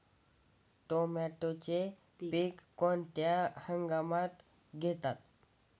टोमॅटोचे पीक कोणत्या हंगामात घेतात?